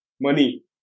Money